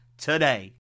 today